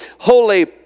holy